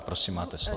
Prosím, máte slovo.